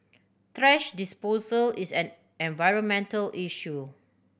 thrash disposal is an environmental issue